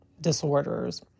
disorders